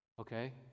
Okay